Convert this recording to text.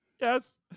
Yes